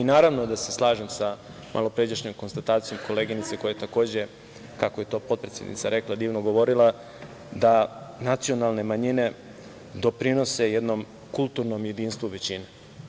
Naravno, da se slažem i sa malopređašnjom konstatacijom koleginice koja je takođe, kako je to potpredsednica rekla, divno govorila da nacionalne manjine doprinose jednom kulturnom jedinstvu većine.